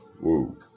Woo